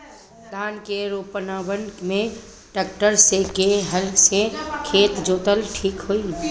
धान के रोपन मे ट्रेक्टर से की हल से खेत जोतल ठीक होई?